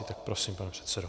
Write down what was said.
Tak prosím, pane předsedo.